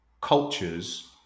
cultures